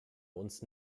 uns